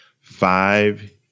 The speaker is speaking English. five